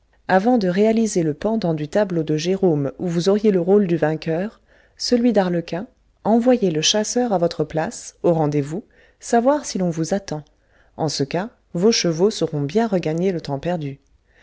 avant de réaliser le pendant du tableau de gérôme où vous auriez le rôle du vainqueur celui d'arlequin envoyez le chasseur à votre place au rendez-vous savoir si l'on vous attend en ce cas vos chevaux sauront bien regagner le temps perdu